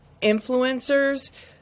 influencers